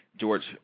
George